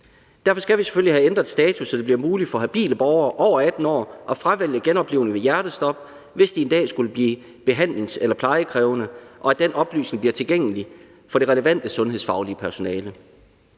Derfor skal vi selvfølgelig have ændret status, så det bliver muligt for habile borgere over 18 år at fravælge genoplivning ved hjertestop, hvis de en dag skulle blive behandlings- eller plejekrævende, og at den oplysning bliver tilgængelig for det relevante sundhedsfaglige personale.